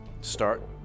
start